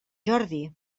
jordi